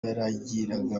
yaragiraga